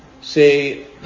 say